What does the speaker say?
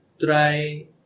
try